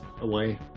away